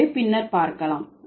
எனவே பின்னர் பார்க்கலாம்